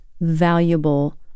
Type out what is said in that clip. valuable